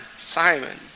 Simon